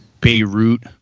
beirut